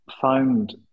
found